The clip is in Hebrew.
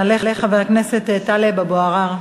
יעלה חבר הכנסת טלב אבו עראר.